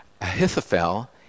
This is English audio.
Ahithophel